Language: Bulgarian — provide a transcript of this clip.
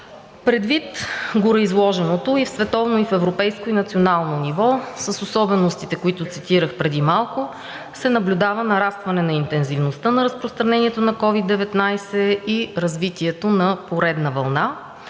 Предвид гореизложеното, и в световно, и в европейско, и в национално ниво с особеностите, които цитирах преди малко, се наблюдава нарастване на интензивността на разпространението на COVID-19 и развитието на поредна вълна,